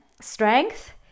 strength